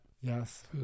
Yes